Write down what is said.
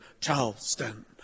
Charleston